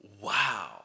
wow